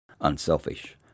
unselfish